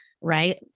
right